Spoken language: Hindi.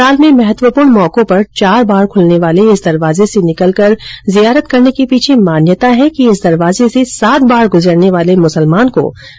साल में महत्वपूर्ण मौको पर चार बार खुलने वाले इस दरवाजे से निकलकर जियारत करने के पीछे मान्यता है कि इस दरवाजे से सात बार गुजरने वाले मुसलमान को जन्नत नसीब होती है